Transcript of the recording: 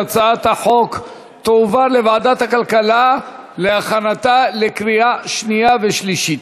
הצעת החוק תועבר לוועדת הכלכלה להכנתה לקריאה שנייה ושלישית.